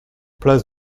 place